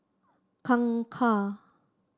Kangkar